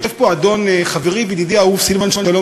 יושב פה חברי וידידי האהוב סילבן שלום,